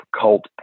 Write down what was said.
cult